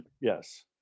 Yes